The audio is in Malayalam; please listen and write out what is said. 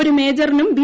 ഒരു മേജറീനും ബി